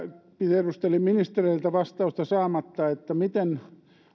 tiedustelin ministereiltä vastausta saamatta että miten